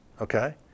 okay